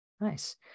nice